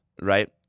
right